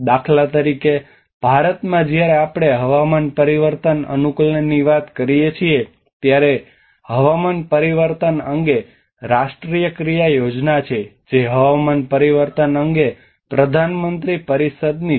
દાખલા તરીકે ભારતમાં જ્યારે આપણે હવામાન પરિવર્તન અનુકૂલનની વાત કરીએ છીએ ત્યારે હવામાન પરિવર્તન અંગે રાષ્ટ્રીય ક્રિયા યોજના છે જે હવામાન પરિવર્તન અંગે પ્રધાનમંત્રી પરિષદની છે